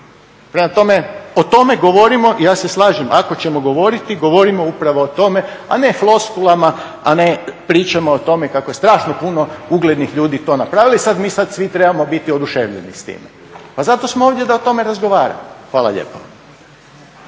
Prema tome o tome govorimo i ja se slažem ako ćemo govoriti govorimo upravo o tome, a ne floskulama, a ne pričama o tome kako je strašno puno uglednih ljudi to napravilo i sada mi svi trebamo biti oduševljeni s time. Pa zato smo ovdje da o tome razgovaramo. Hvala lijepa.